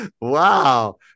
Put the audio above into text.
Wow